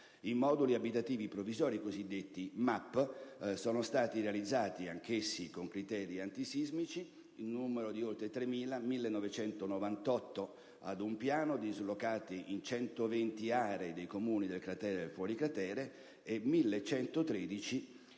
I moduli abitativi provvisori, i cosiddetti MAP, sono stati realizzati, anch'essi con criteri antisismici, in numero di oltre 3.000: 1998 ad un piano, dislocati in 120 aree dei Comuni del cratere e fuori dal cratere, e 1.113 a due piani,